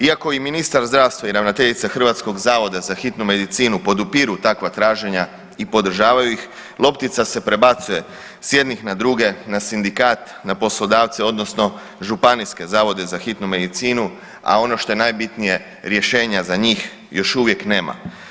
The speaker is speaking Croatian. Iako i ministar zdravstva i ravnateljica Hrvatskog zavoda za hitnu medicinu podupiru takva traženja i podržavaju ih loptica se prebacuje sa jednih na druge, na sindikat, na poslodavce odnosno županijske Zavode za hitnu medicinu, a ono što je najbitnije rješenja za njih još uvijek nema.